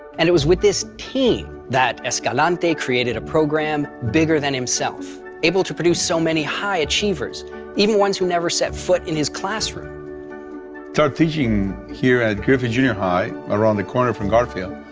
and it was with this team that escalante created a program bigger than himself, able to produce so many high achievers even ones who never set foot in his classroom teaching here at griffith junior high around the corner from garfield.